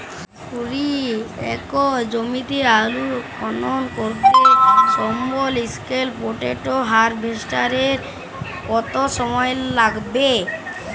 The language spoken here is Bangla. কুড়ি একর জমিতে আলুর খনন করতে স্মল স্কেল পটেটো হারভেস্টারের কত সময় লাগবে?